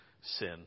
sin